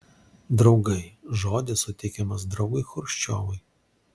draugai žodis suteikiamas draugui chruščiovui